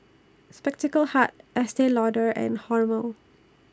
Spectacle Hut Estee Lauder and Hormel